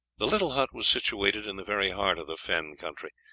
the little hut was situated in the very heart of the fen country,